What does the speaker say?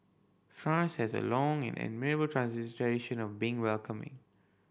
France has a long and admirable of being welcoming